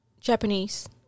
Japanese